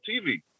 TV